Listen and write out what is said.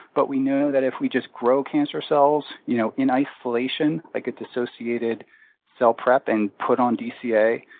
but we know that if we just grow cancer cells you know in isolation, like a dissociated cell prep and put on dca,